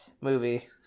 movie